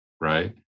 right